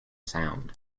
sound